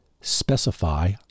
specify